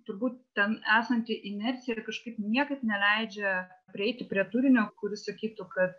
turbūt ten esanti inercija kažkaip niekaip neleidžia prieiti prie turinio kuris sakytų kad